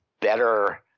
better